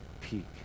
peak